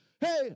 Hey